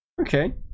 Okay